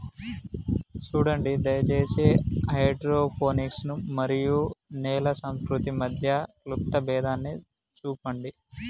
సూడండి దయచేసి హైడ్రోపోనిక్స్ మరియు నేల సంస్కృతి మధ్య క్లుప్త భేదాన్ని సూపండి